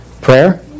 Prayer